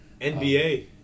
NBA